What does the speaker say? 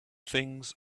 things